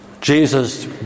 Jesus